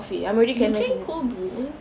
you drink cold brew